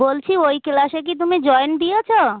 বলছি ওই ক্লাসে কি তুমি জয়েন দিয়েছ